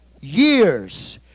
years